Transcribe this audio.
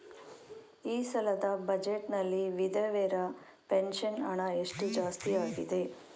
ಈ ಸಲದ ಬಜೆಟ್ ನಲ್ಲಿ ವಿಧವೆರ ಪೆನ್ಷನ್ ಹಣ ಎಷ್ಟು ಜಾಸ್ತಿ ಆಗಿದೆ?